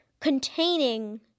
containing